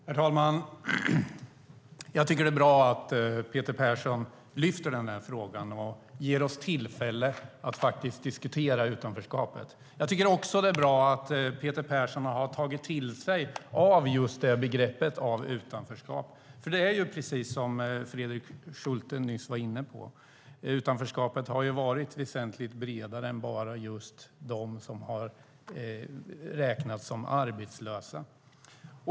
Herr talman! Det är bra att Peter Persson lyfter upp den här frågan och ger oss tillfälle att diskutera utanförskapet. Jag tycker också att det är bra att Peter Persson har tagit till sig begreppet utanförskap. Som Fredrik Schulte nyss var inne på har utanförskapet varit väsentligt bredare än bara omfattat dem som har räknats som arbetslösa.